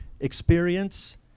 experience